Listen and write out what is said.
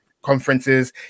conferences